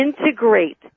integrate